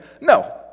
No